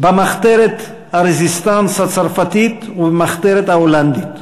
במחתרת ה"רזיסטאנס" הצרפתית ובמחתרת ההולנדית,